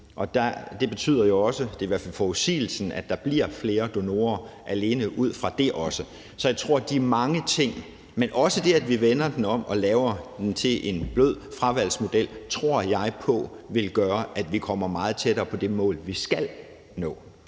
Det betyder jo – det er i hvert fald forudsigelsen – at der bliver flere donorer alene ud fra det også. Så jeg tror, det er mange ting. Men også det, at vi vender den om og laver den til en blød fravalgsmodel, tror jeg på vil gøre, at vi kommer meget tættere på det mål, vi skal nå.